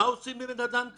מה עושים עם בן אדם כזה?